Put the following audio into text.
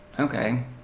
Okay